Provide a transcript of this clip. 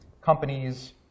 companies